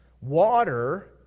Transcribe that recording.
water